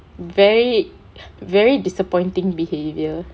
very very disappointing behaviour